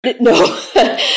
No